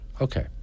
Okay